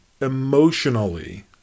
emotionally